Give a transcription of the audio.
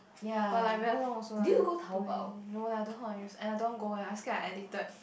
but like very long also ah too lazy no lah don't know how to use and I don't want to go eh I scared I addicted